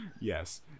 Yes